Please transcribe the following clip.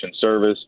service